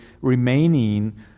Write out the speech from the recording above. remaining